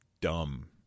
dumb